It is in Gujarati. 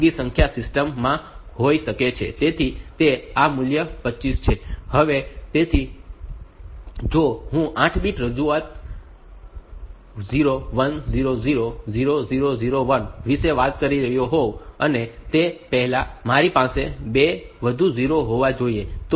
તેથી તે આ મૂલ્ય 25 છે હવે તેથી જો હું 8 બીટ રજૂઆત 0100 0001 વિશે વાત કરી રહ્યો હોવ અને તે પહેલાં મારી પાસે 2 વધુ 0 હોવા જોઈએ